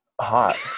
Hot